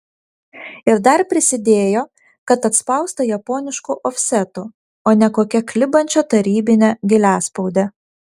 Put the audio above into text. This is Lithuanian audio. ir dar prisidėjo kad atspausta japonišku ofsetu o ne kokia klibančia tarybine giliaspaude